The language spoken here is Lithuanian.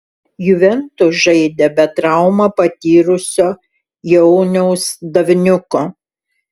juventus žaidė be traumą patyrusio jauniaus davniuko